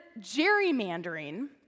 gerrymandering